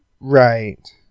Right